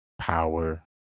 Power